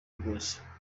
byose